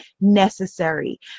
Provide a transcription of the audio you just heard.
necessary